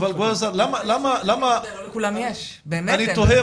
אבל לא לכולם יש, באמת אין להם.